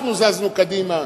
אנחנו זזנו קדימה,